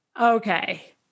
Okay